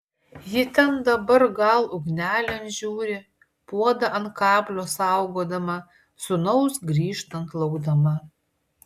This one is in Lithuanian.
ji ten dabar gal ugnelėn žiūri puodą ant kablio saugodama sūnaus grįžtant laukdama